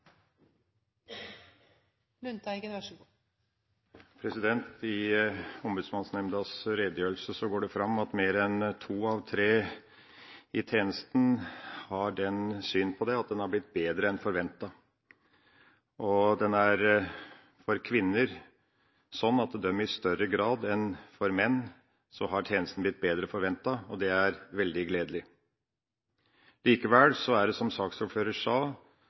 I Ombudsmannsnemndas redegjørelse går det fram at mer enn to av tre i tjenesten har det synet at tjenesten har blitt bedre enn forventet. For kvinner er det, i større grad enn for menn, sånn at tjenesten har blitt bedre enn forventet. Det er veldig gledelig. Likevel er det, som saksordføreren sa,